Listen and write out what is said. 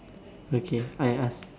okay I ask